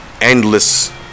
Endless